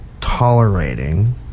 tolerating